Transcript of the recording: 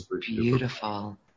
beautiful